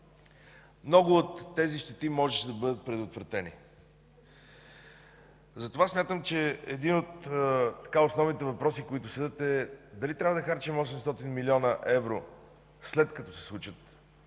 Много от тези щети можеха да бъдат предотвратени. Затова смятам, че един от основните въпроси, които стоят, е дали трябва да харчим 800 млн. евро, след като се случат